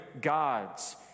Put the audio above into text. gods